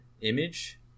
image